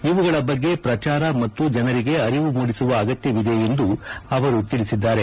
ಇವುಗಳ ಬಗ್ಗೆ ಪ್ರಚಾರ ಮತ್ತು ಜನರಿಗೆ ಅರಿವು ಮೂಡಿಸುವ ಅಗತ್ಯ ಇದೆ ಎಂದು ಅವರು ತಿಳಿಸಿದ್ದಾರೆ